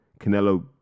Canelo